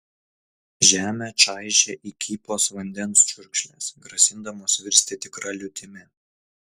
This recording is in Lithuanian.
žemę čaižė įkypos vandens čiurkšlės grasindamos virsti tikra liūtimi